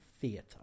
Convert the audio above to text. theatre